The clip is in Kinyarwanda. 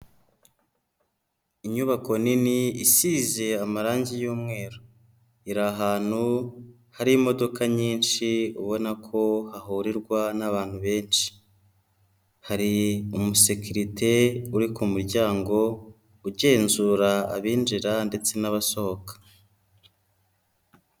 Inyubako nini isize amarangi y'umweru, iri ahantu hari imodoka nyinshi ubona ko hahurerwa n'abantu benshi, hari umusekirite uri ku muryango, ugenzura abinjira ndetse n'abasohoka.